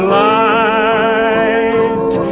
light